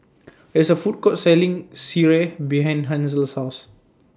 There IS A Food Court Selling Sireh behind Hansel's House